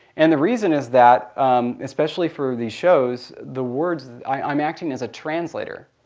and the reason is that especially for these shows, the words i'm acting as a translator.